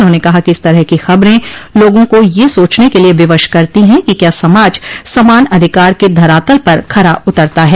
उन्होंने कहा कि इस तरह की खबरें लोगा को यह सोचने के लिए विवश करती हैं कि क्या समाज समान अधिकार के धरातल पर खरा उतरता है